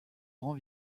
rend